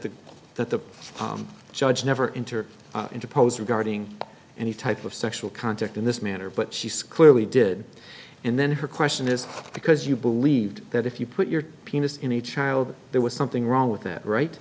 the that the judge never enter into pose regarding any type of sexual contact in this manner but she's clearly did and then her question is because you believed that if you put your penis in a child that there was something wrong with that right